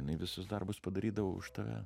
jinai visus darbus padarydavo už tave